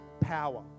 power